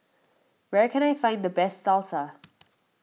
where can I find the best Salsa